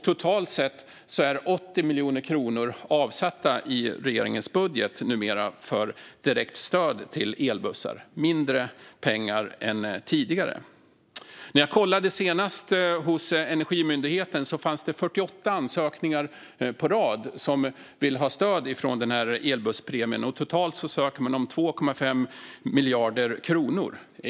Totalt är nu 80 miljoner kronor avsatta i regeringens budget för direkt stöd till elbussar - mindre pengar än tidigare. När jag senast kollade hos Energimyndigheten fanns det 48 ansökningar på rad om stöd från den här elbusspremien. Totalt ansöker man om 2,5 miljarder kronor.